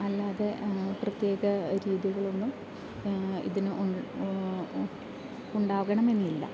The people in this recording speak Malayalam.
അല്ലാതെ പ്രത്യേക രീതികൾ ഒന്നും ഇതിന് ഉണ്ടാകണം എന്നില്ല